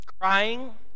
Crying